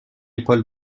épaule